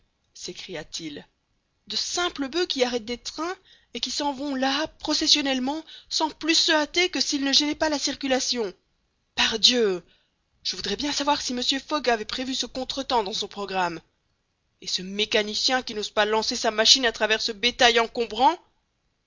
s'écria-t-il de simples boeufs qui arrêtent des trains et qui s'en vont là processionnellement sans plus se hâter que s'ils ne gênaient pas la circulation pardieu je voudrais bien savoir si mr fogg avait prévu ce contretemps dans son programme et ce mécanicien qui n'ose pas lancer sa machine à travers ce bétail encombrant